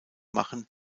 machen